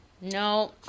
No